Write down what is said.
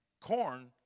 corn